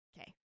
Okay